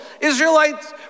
Israelites